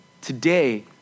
today